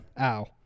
Ow